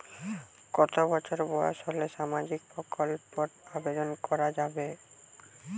কত বছর বয়স হলে সামাজিক প্রকল্পর আবেদন করযাবে?